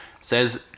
Says